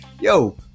Yo